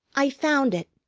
i found it.